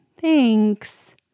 Thanks